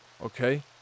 okay